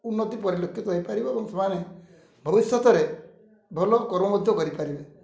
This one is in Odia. ଉନ୍ନତି ପରିଲକ୍ଷିତ ହେଇପାରିବ ଏବଂ ସେମାନେ ଭବିଷ୍ୟତରେ ଭଲ କର୍ମ ମଧ୍ୟ କରିପାରିବେ